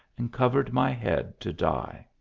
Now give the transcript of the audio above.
and covered my head to die.